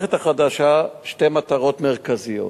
למערכת החדשה שתי מטרות מרכזיות: